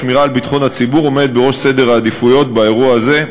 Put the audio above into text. השמירה על ביטחון הציבור עומדת בראש סדר העדיפויות באירוע הזה,